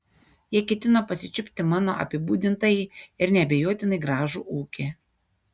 jie ketino pasičiupti mano apibūdintąjį ir neabejotinai gražų ūkį